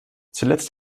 zuletzt